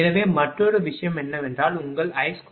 எனவே மற்றொரு விஷயம் என்னவென்றால் உங்கள் I2r